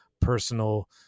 personal